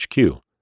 HQ